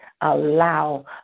allow